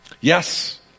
Yes